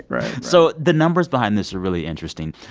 right so the numbers behind this are really interesting.